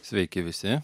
sveiki visi